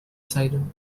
siren